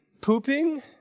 pooping